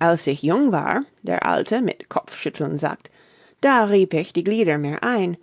als ich jung war der alte mit kopfschütteln sagt da rieb ich die glieder mir ein